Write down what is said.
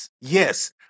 Yes